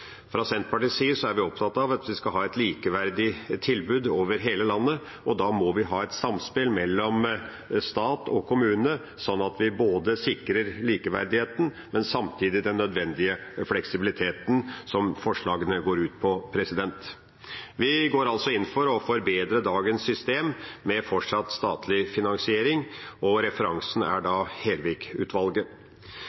Fra Senterpartiets side er vi opptatt av at vi skal ha et likeverdig tilbud over hele landet, og da må vi ha et samspill mellom stat og kommune, sånn at vi sikrer både likeverdigheten og samtidig den nødvendige fleksibiliteten som forslagene går ut på. Vi går altså inn for å forbedre dagens system med fortsatt statlig finansiering, og referansen er da